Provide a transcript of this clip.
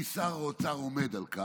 כי שר האוצר עומד על כך,